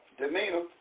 demeanor